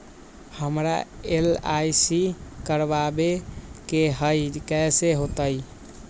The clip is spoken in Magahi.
हमरा एल.आई.सी करवावे के हई कैसे होतई?